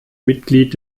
mitglied